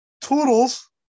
Toodles